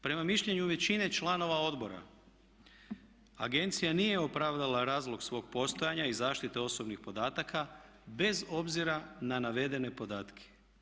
Prema mišljenju većine članova odbora agencija nije opravdala razlog svog postojanja i zaštite osobnih podataka bez obzira na navedene podatke.